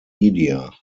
media